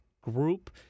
group